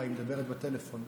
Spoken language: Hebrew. היא מדברת בטלפון.